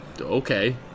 okay